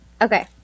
Okay